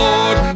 Lord